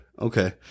Okay